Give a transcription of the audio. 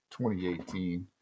2018